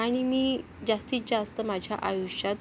आणि मी जास्तीत जास्त माझ्या आयुष्यात